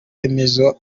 remezo